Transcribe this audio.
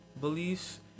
beliefs